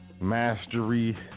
Mastery